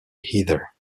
heather